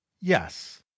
Yes